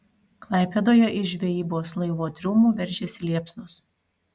klaipėdoje iš žvejybos laivo triumų veržėsi liepsnos